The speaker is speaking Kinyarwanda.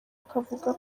akavuga